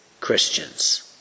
Christians